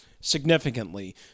significantly